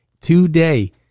today